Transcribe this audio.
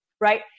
Right